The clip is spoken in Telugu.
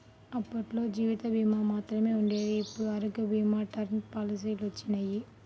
అప్పట్లో జీవిత భీమా మాత్రమే ఉండేది ఇప్పుడు ఆరోగ్య భీమా, టర్మ్ పాలసీలొచ్చినియ్యి